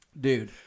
dude